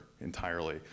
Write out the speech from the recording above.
entirely